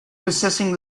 possessing